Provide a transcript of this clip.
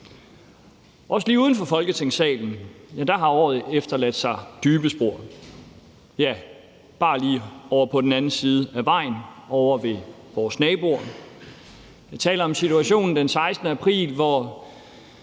Også lige uden for Folketingssalen har året efterladt sig dybe spor, ja, bare lige ovre på den anden side af vejen, ovre ved vores naboer. Jeg taler om situationen den 16. april, hvor